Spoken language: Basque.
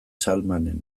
salmanen